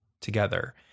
together